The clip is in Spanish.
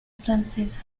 francesa